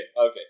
okay